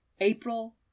April